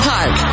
Park